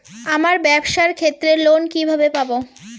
আমার ব্যবসার ক্ষেত্রে লোন কিভাবে পাব?